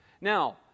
now